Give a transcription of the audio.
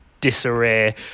disarray